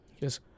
Yes